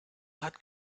hat